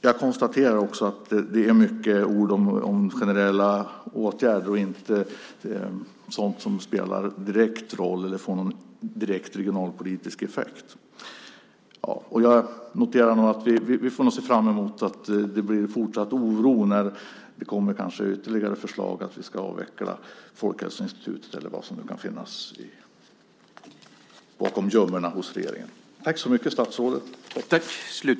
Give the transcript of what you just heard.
Jag konstaterar också att det sägs många ord om generella åtgärder men inget om sådant som spelar en direkt roll eller får en direkt regionalpolitisk effekt. Jag noterar att vi nog får se fram emot en fortsatt oro då det kanske kommer ytterligare förslag om att avveckla Folkhälsoinstitutet eller vad det nu kan finnas i gömmorna hos regeringen. Tack så mycket, statsrådet!